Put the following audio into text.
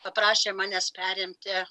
paprašė manęs perimti